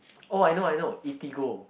oh I know I know eatigo